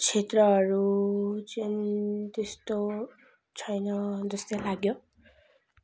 क्षेत्रहरू चाहिँ त्यस्तो छैन जस्तै लाग्यो